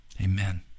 Amen